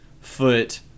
foot